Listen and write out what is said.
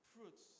fruits